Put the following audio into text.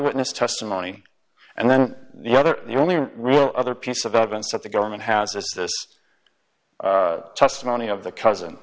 eyewitness testimony and then the other the only real other piece of evidence that the government has a testimony of the cousin